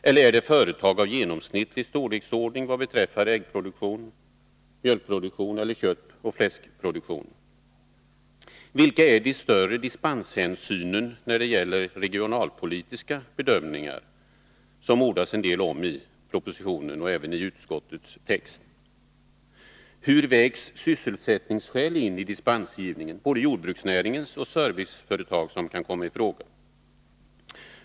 Eller är det företag av genomsnittlig storleksordning vad beträffar äggproduktion, mjölkproduktion eller köttoch fläskproduktion? Vilka är de viktigare dispensskälen när det gäller regionalpolitiska bedömningar, som det ordas en del om i propositionen och även i utskottets text? Hur vägs sysselsättningsskäl in i dispensgivningen, både jordbruksnäringens och beträffande de serviceföretag som kan komma i fråga?